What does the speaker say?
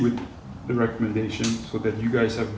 with the recommendation so that you guys have